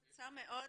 משהו קצר מאד,